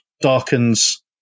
darkens